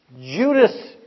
Judas